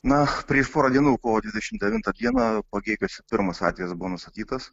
na prieš porą dienų kovo dvidešimt devintą dieną pagėgiuos pirmas atvejis buvo nustatytas